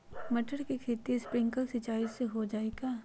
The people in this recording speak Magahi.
मटर के खेती स्प्रिंकलर सिंचाई से हो जाई का?